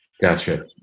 Gotcha